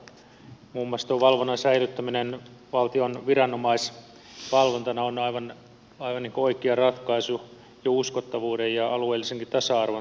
muun muassa valvonnan säilyttäminen valtion viranomaisvalvontana on aivan oikea ratkaisu jo uskottavuuden ja alueellisenkin tasa arvon turvaamiseksi